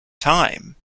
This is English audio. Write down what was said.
time